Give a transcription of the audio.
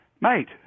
mate